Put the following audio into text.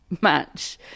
match